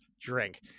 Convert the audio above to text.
Drink